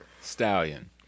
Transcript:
Stallion